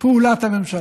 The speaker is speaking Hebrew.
פעולת הממשלה.